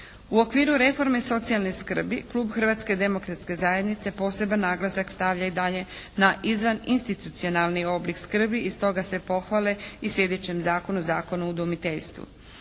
U okviru reforme socijalne skrbi klub Hrvatske demokratske zajednice poseban naglasak stavlja i dalje na izvaninstitucionalni oblik skrbi i stoga sve pohvale i sljedećem zakonu, Zakonu o udomiteljstvu.